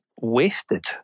wasted